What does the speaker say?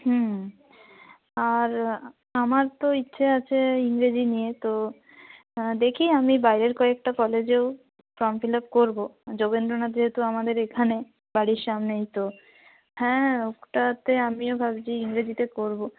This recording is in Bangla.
হুম আর আমার তো ইচ্ছে আছে ইংরেজি নিয়ে তো দেখি আমি বাইরের কয়েকটা কলেজেও ফর্ম ফিলাপ করবো যোগেন্দ্রনাথ যেহেতু আমাদের এখানে বাড়ির সামনেই তো হ্যাঁ ওটাতে আমিও ভাবছি ইংরেজিতে করবো